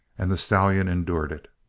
and the stallion endured it!